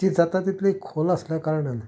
ती जाता तितली खोल आसल्या कारणान